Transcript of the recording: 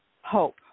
hope